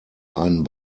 einen